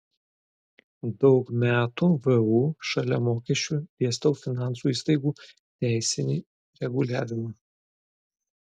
daug metų vu šalia mokesčių dėstau finansų įstaigų teisinį reguliavimą